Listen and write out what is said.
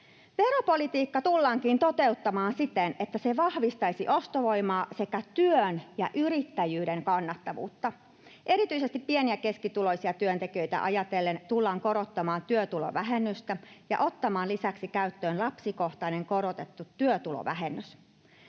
Veropolitiikka tullaankin toteuttamaan siten, että se vahvistaisi ostovoimaa sekä työn ja yrittäjyyden kannattavuutta. Erityisesti pieni- ja keskituloisia työntekijöitä ajatellen tullaan korottamaan työtulovähennystä ja ottamaan lisäksi käyttöön lapsikohtainen korotettu työtulovähennys.